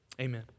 amen